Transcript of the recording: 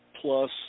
plus